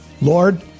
Lord